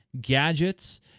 gadgets